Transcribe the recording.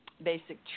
basic